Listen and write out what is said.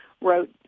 wrote